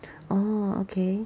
orh okay